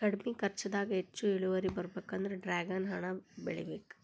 ಕಡ್ಮಿ ಕರ್ಚದಾಗ ಹೆಚ್ಚ ಇಳುವರಿ ಬರ್ಬೇಕಂದ್ರ ಡ್ರ್ಯಾಗನ್ ಹಣ್ಣ ಬೆಳಿಬೇಕ